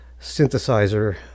synthesizer